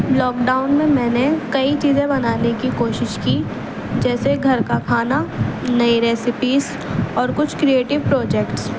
lock down میں میں نے کئی چیزیں بنانے کی کوشش کی جیسے گھر کا کھانا نئی ریسپیز اور کچھ کریٹیو پروجکٹس